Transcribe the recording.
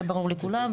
זה ברור לכולם,